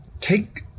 take